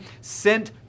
sent